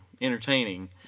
entertaining